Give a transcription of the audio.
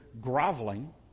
groveling